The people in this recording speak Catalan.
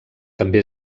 també